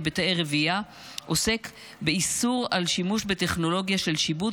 בתאי רבייה) עוסק באיסור שימוש בטכנולוגיה של שיבוט